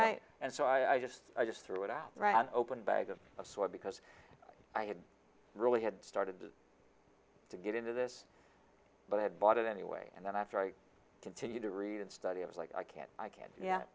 right and so i just i just threw it out right open bag of a sweat because i had really had started to get into this but i had bought it anyway and then after i continued to read and study i was like i can't i can't ye